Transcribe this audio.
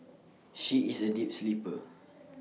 she is A deep sleeper